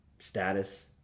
status